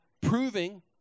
proving